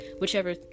whichever